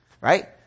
right